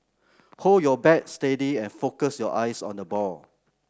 hold your bat steady and focus your eyes on the ball